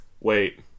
Wait